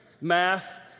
math